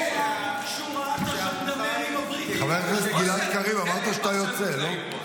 חבר הכנסת גלעד קריב, אמרת שאתה יוצא, לא?